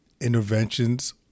interventions